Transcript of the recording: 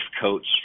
coach